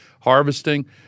harvesting